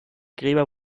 gräber